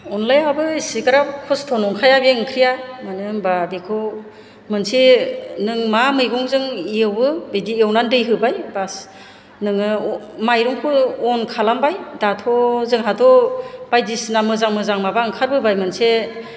अनलायाबो एसेग्राब खस्थ' नंखाया बे ओंख्रिया मानो होनबा बेखौ मोनसे नों मा मैगंजों एवो बिदि एवनानै दै होबाय बास नोङो माइरंखौ अन खालामबाय दाथ' जोंहाथ' बायदिसिना मोजां मोजां माबा ओंखारबोबाय मोनसे